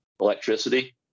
electricity